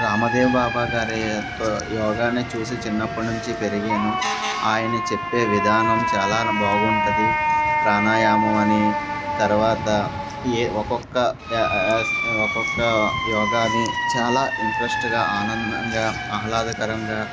రామదేవ్ బాబా గారి యోగానే చూసి చిన్నప్పటినుంచి పెరిగాను ఆయన చెప్పే విధానం చాలా బాగుంటుంది ప్రాణాయామం అని తర్వాత ఏ ఒక్కొక్క ఒక్కొక్క యోగాని చాలా ఇంట్రెస్టగా ఆనందంగా ఆహ్లాదకరంగా